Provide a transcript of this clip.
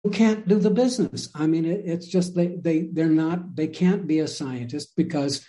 they can't do the business, I mean, they can't be a scientist